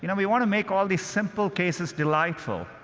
you know we want to make all these simple cases delightful.